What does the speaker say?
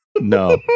No